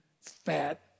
fat